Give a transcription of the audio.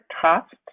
trust